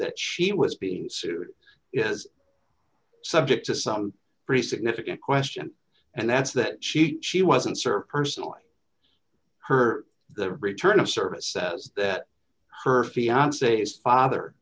that she was being sued is subject to some pretty significant question and that's that she she wasn't serve her the return of service says that her fiance's father